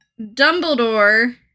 Dumbledore